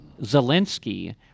Zelensky